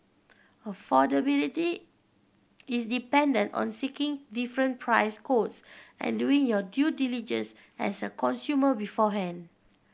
affordability is dependent on seeking different price quotes and doing your due diligence as a consumer beforehand